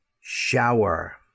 Shower